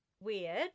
Weird